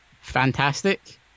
fantastic